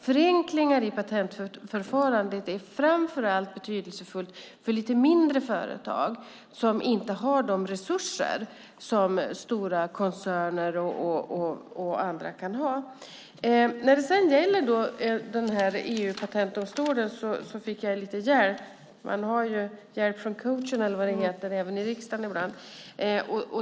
Förenklingar i patentförfarandet är också betydelsefulla framför allt för lite mindre företag som inte har de resurser som stora koncerner och andra kan ha. När det sedan gäller EU-patentdomstolen har jag fått lite hjälp - man har ibland hjälp från coachen även i riksdagen.